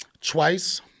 twice